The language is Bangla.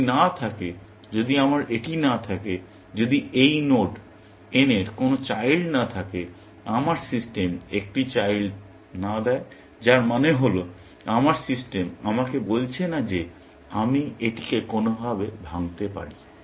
যদি না থাকে যদি আমার এটি না থাকে যদি এই নোড n এর কোনো চাইল্ড না থাকে আমার সিস্টেম একটি চাইল্ড না দেয় যার মানে হল আমার সিস্টেম আমাকে বলছে না যে আমি এটিকে কোনোভাবে ভাঙতে পারি